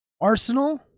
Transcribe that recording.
Arsenal